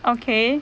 okay